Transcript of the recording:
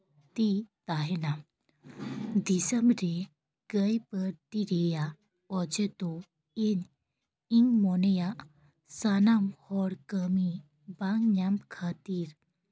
ᱛᱤ ᱛᱟᱦᱮᱱᱟ ᱫᱤᱥᱚᱢ ᱨᱮ ᱠᱟᱹᱭ ᱵᱟᱹᱲᱛᱤ ᱨᱮᱭᱟᱜ ᱚᱡᱮ ᱫᱚ ᱤᱧ ᱤᱧ ᱢᱚᱱᱮᱭᱟ ᱥᱟᱱᱟᱢ ᱦᱚᱲ ᱠᱟᱹᱢᱤ ᱵᱟᱝ ᱧᱟᱢ ᱠᱷᱟᱹᱛᱤᱨ